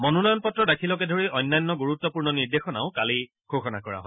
মনোনয়ন পত্ৰ দাখিলকে ধৰি অন্যান্য গুৰুত্পূৰ্ণ নিৰ্দেশনাও কালি ঘোষণা কৰা হয়